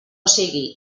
sigui